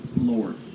Lord